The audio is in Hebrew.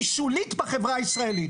היא שולית בחברה הישראלית.